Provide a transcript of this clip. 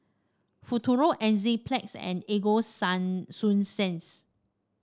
Futuro Enzyplex and Ego Sign Sunsense